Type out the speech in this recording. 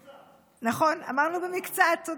במקצת.